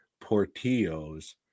Portillo's